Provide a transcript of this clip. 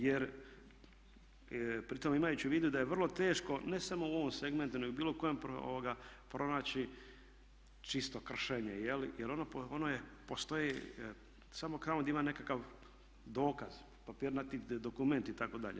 Jer pri tome imajući u vidu da je vrlo teško ne samo u ovom segmentu nego bilo kojem pronaći čisto kršenje jer ono je, postoji samo tamo gdje ima nekakav dokaz papirnati gdje je dokument itd.